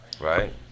Right